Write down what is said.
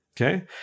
okay